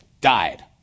died